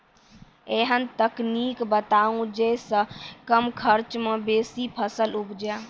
ऐहन तकनीक बताऊ जै सऽ कम खर्च मे बेसी फसल उपजे?